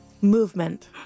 Movement